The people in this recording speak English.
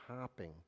hopping